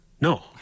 No